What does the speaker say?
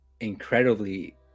incredibly